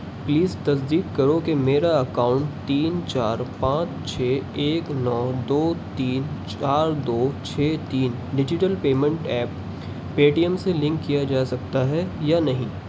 please تصدیق کرو کہ میرا اکاؤنٹ تین چار پانچ چھ ایک نو دو تین چار دو چھ تین digital payment app Paytm سے لنک کیا جا سکتا ہے یا نہیں